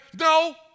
No